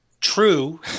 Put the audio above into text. true